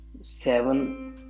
seven